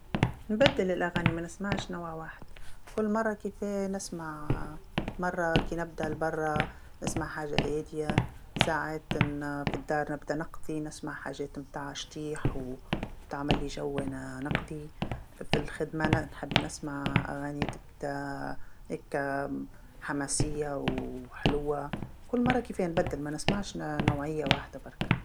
نبدل الأغاني مانسمعش نوع واحد، كل مره كيفاه نسمع مره كي نبدا برا نسمع حاجه هاديه، ساعات ن- فالدار نبدا نقضي نسمع حاجات تاع شطيح وتعملي جو وأنا نقضي، فالخدمة ن- نحب نسمع أغاني تاع هكا حماسية وحلوة، كل مرة كيفاه نبدل مانسمعش نوعية وحده برك.